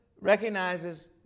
recognizes